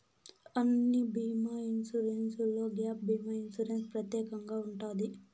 అన్ని బీమా ఇన్సూరెన్స్లో గ్యాప్ భీమా ఇన్సూరెన్స్ ప్రత్యేకంగా ఉంటది